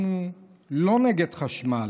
אנחנו לא נגד חשמל,